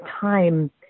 time